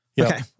Okay